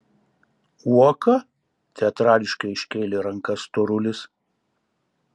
uoka teatrališkai iškėlė rankas storulis